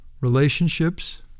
relationships